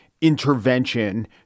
Intervention